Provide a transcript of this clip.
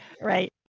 Right